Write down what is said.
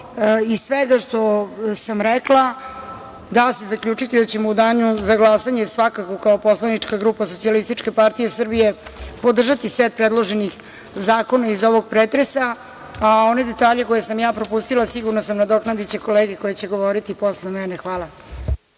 svega što sam rekla da se zaključiti da ćemo u danu za glasanje svakako, kao poslanička grupa SPS, podržati set predloženih zakona iz ovog pretresa, a one detalje koje sam ja propustila sigurna sam nadoknadiće kolege koje će govoriti posle mene. Hvala.